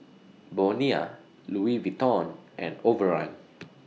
Bonia Louis Vuitton and Overrun